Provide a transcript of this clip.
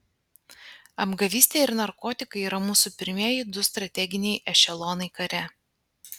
apgavystė ir narkotikai yra mūsų pirmieji du strateginiai ešelonai kare